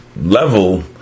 level